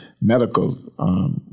medical